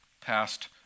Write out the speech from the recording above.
passed